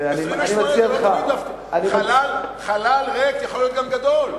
28 זה לא תמיד, גם חלל ריק יכול להיות גדול.